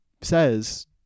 says